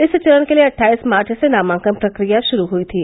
इस चरण के लिये अट्ठाईस मार्व से नामांकन प्रक्रिया ग्रुरू हुई थी